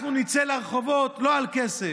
אנחנו נצא לרחובות לא על כסף.